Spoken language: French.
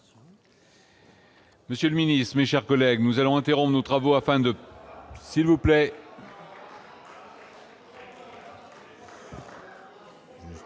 Monsieur le Ministre, mes chers collègues, nous allons interrompre nos travaux afin de s'il vous plaît.